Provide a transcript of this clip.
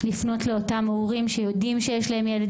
לפנות לאותם הורים שיודעים שיש להם ילד